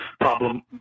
problem